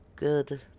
Good